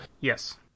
Yes